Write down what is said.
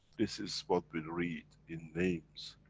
this is what we'll read in names,